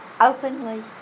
Openly